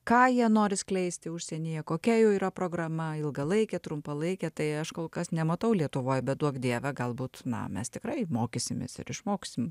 ką jie nori skleisti užsienyje kokia jų yra programa ilgalaikė trumpalaikė tai aš kol kas nematau lietuvoj bet duok dieve galbūt na mes tikrai mokysimės ir išmoksim